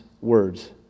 words